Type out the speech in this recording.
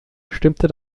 stimmte